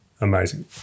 Amazing